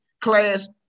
class